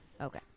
Okay